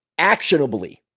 actionably